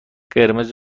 قرمز